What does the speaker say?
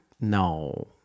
No